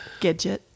Gidget